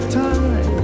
time